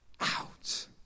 out